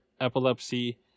epilepsy